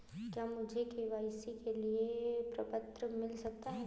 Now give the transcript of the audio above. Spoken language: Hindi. क्या मुझे के.वाई.सी के लिए प्रपत्र मिल सकता है?